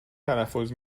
تلفظ